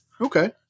Okay